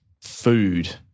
food